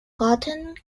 gauteng